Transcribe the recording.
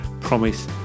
promise